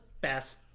best